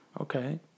Okay